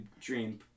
dream